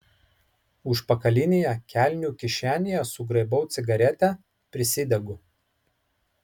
užpakalinėje kelnių kišenėje sugraibau cigaretę prisidegu